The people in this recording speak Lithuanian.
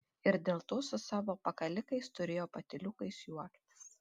ir dėl to su savo pakalikais turėjo patyliukais juoktis